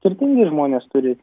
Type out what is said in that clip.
turtingi žmonės turi